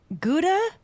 Gouda